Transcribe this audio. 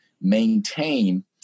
maintain